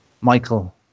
michael